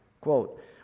Quote